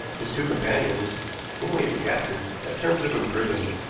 his two companions whom we had captured got terms of imprisonment,